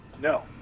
No